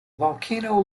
volcano